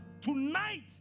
tonight